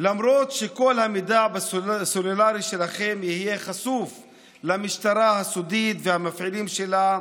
למרות שכל המידע בסלולרי שלכם יהיה חשוף למשטרה הסודית והמפעילים שלה,